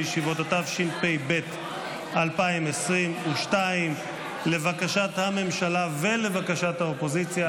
ישיבות) התשפ"ב 2022. לבקשת הממשלה ולבקשת האופוזיציה,